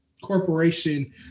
corporation